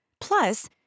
Plus